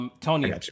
Tony